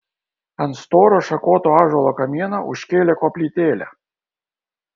ant storo šakoto ąžuolo kamieno užkėlė koplytėlę